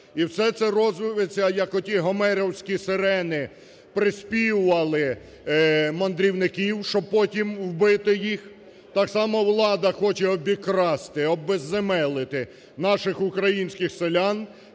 І все це робиться, як оті гомерівські сирени приспівували мандрівників, щоб потім вбити їх, так само влада хоче обікрасти, обезземелити наших українських селян